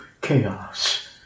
chaos